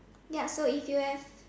ya so if you have